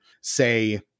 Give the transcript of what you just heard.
say